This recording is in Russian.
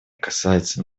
касается